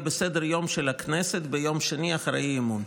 בסדר-היום של הכנסת ביום שני אחרי האי-אמון,